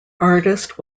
artist